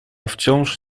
wciąż